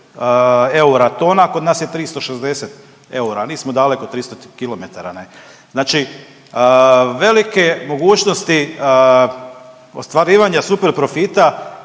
eura tona, a kod nas je 360 eura, a nismo daleko 300 km ne. Znači velike mogućnosti ostvarivanja super profita